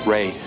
Ray